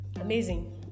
amazing